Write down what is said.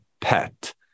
pet